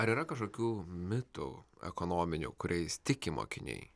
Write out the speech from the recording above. ar yra kažkokių mitų ekonominių kuriais tiki mokiniai